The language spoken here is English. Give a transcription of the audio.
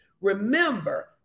Remember